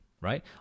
right